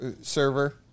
server